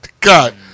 God